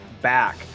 back